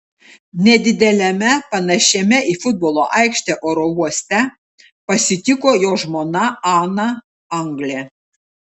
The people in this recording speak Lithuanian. nedideliame panašiame į futbolo aikštę oro uoste pasitiko jo žmona ana anglė